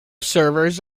servers